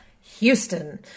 Houston